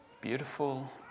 beautiful